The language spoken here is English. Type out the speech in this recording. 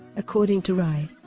according to rai,